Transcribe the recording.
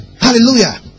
Hallelujah